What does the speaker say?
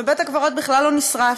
ובית-הקברות בכלל לא נשרף.